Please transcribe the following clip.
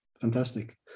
Fantastic